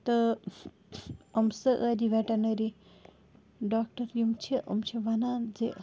تہٕ یِم سٲری ویٚٹَنٔری ڈاکٹَر یِم چھِ یِم چھِ وَنان زِ